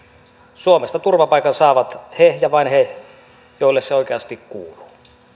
suomesta turvapaikan saavat he ja vain he joille se oikeasti kuuluu